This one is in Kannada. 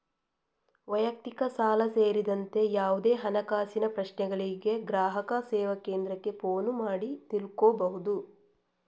ವೈಯಕ್ತಿಕ ಸಾಲ ಸೇರಿದಂತೆ ಯಾವುದೇ ಹಣಕಾಸಿನ ಪ್ರಶ್ನೆಗಳಿಗೆ ಗ್ರಾಹಕ ಸೇವಾ ಕೇಂದ್ರಕ್ಕೆ ಫೋನು ಮಾಡಿ ತಿಳ್ಕೋಬಹುದು